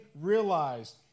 realized